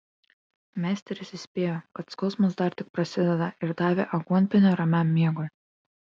meisteris įspėjo kad skausmas dar tik prasideda ir davė aguonpienio ramiam miegui